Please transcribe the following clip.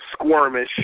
squirmish